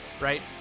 right